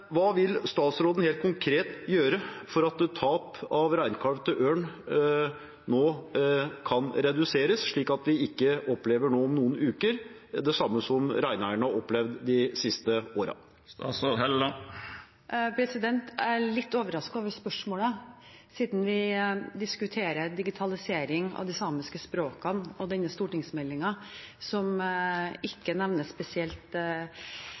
av reinkalv til ørn nå kan reduseres, slik at vi ikke om noen uker opplever det samme som reineiere har opplevd de siste årene? Jeg er litt overrasket over spørsmålet, siden vi diskuterer digitalisering av de samiske språkene, og denne stortingsmeldingen ikke nevner ørn spesielt